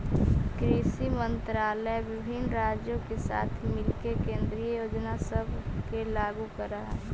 कृषि मंत्रालय विभिन्न राज्यों के साथ मिलके केंद्रीय योजना सब के लागू कर हई